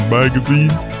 magazines